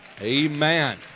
Amen